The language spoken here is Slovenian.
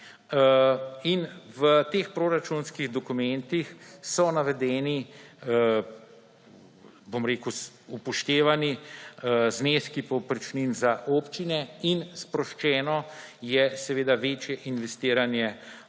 In v teh proračunskih dokumentih so navedeni, bom rekel, upoštevani zneski povprečnin za občine in sproščeno je večje investiranje občin,